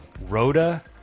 Rhoda